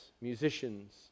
musicians